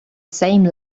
same